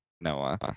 Noah